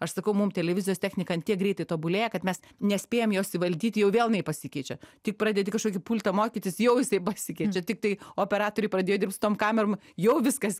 aš sakau mum televizijos technika ant tiek greitai tobulėja kad mes nespėjam jos įvaldyti jau vėl jinai pasikeičia tik pradedi kažkokį pultą mokytis jau jisai pasikeičia tiktai operatoriai pradėjo dirbt su tom kamerom jau viskas